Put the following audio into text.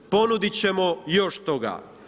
Ponudit ćemo još toga.